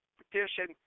petition